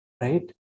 right